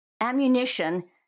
ammunition